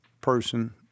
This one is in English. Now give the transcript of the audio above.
person